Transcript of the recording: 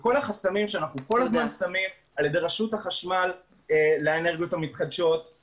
וכל החסמים שאנחנו שמים כל הזמן על-ידי רשות החשמל לאנרגיות המתחדשות.